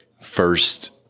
first